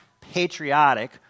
patriotic